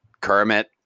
Kermit